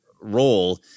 role